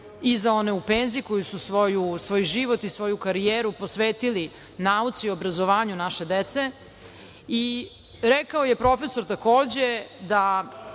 i za one u penziji koji su svoj život i svoju karijeru posvetili nauci i obrazovanju naše dece. Rekao je profesor, takođe, da